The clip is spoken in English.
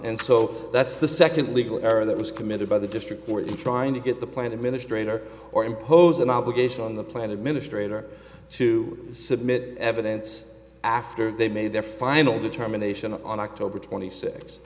and so that's the second legal error that was committed by the district court in trying to get the plan administrator or impose an obligation on the planet ministre it or to submit evidence after they made their final determination on october twenty six